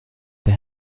the